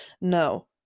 No